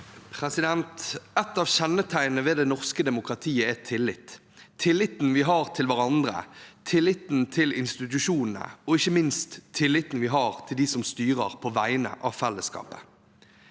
Et av kjenneteg- nene ved det norske demokratiet er tillit – tilliten vi har til hverandre, tilliten til institusjonene og ikke minst tilliten vi har til dem som styrer på vegne av fellesskapet.